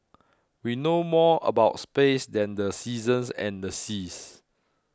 we know more about space than the seasons and the seas